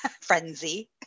frenzy